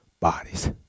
bodies